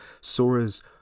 Sora's